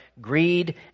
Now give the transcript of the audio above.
greed